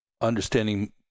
understanding